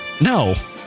No